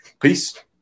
Peace